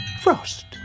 Frost